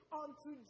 unto